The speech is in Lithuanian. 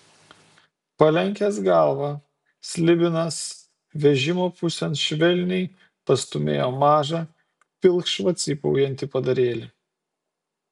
palenkęs galvą slibinas vežimo pusėn švelniai pastūmėjo mažą pilkšvą cypaujantį padarėlį